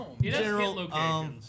general